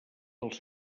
dels